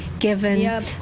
given